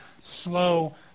slow